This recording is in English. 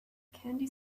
candy